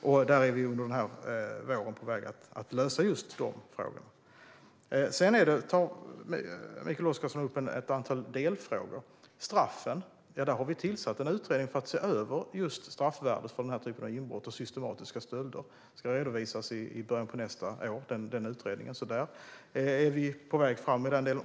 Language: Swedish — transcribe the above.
Vi är nu under våren på väg att lösa dessa frågor. Mikael Oscarsson tar upp ett antal delfrågor. Vad gäller straffen har vi tillsatt en utredning som ska se över straffvärdet för inbrott och systematiska stölder som dessa. Utredningen ska redovisas i början av nästa år. Vi är alltså på väg fram i den delen.